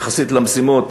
יחסית למשימות,